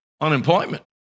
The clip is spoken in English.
unemployment